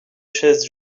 chaises